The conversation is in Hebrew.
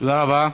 תודה רבה.